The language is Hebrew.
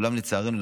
אולם לצערנו,